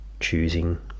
choosing